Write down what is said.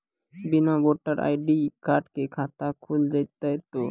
बिना voter ID card के खाता खुल जैते तो?